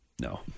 No